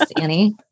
Annie